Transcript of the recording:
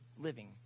living